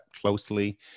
closely